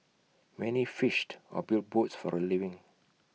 many fished or built boats for A living